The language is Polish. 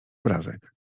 obrazek